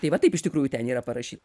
tai va taip iš tikrųjų ten yra parašyt